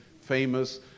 famous